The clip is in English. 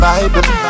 Bible